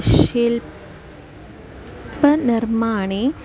शिल्पनिर्माणे